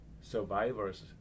survivors